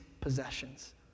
possessions